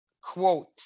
quote